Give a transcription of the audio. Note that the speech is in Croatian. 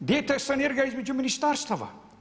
Gdje je ta sinergija između ministarstava?